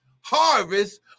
harvest